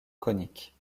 conique